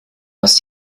aus